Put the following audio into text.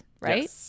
right